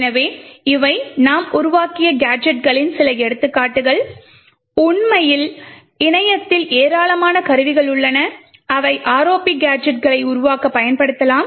எனவே இவை நாம் உருவாக்கிய கேஜெட்களின் சில எடுத்துக்காட்டுகள் உண்மையில் இணையத்தில் ஏராளமான கருவிகள் உள்ளன அவை ROP கேஜெட்களை உருவாக்க பயன்படுத்தலாம்